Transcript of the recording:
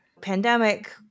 pandemic